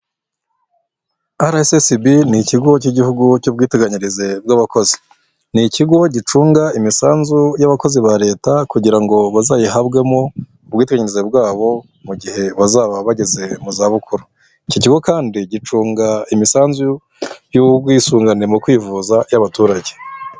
RSSB ni Ikigo cy'Igihugu cy'Ubwiteganyirize bw'Abakozi, ni ikigo gicunga imisanzu y'abakozi ba leta kugira ngo bazayihabwe mo ubwiteganyize bwabo, mu gihe bazaba bageze mu zabukuru, icyo kigo kandi gicunga imisanzu y'ubwisungane mu kwivuza y'abaturage.